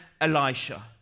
Elisha